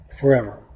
forever